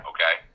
Okay